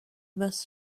must